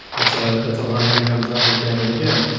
that's a that's a line that comes up again and again.